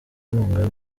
inkunga